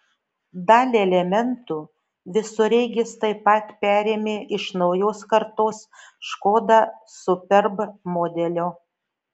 dalį elementų visureigis taip pat perėmė iš naujos kartos škoda superb modelio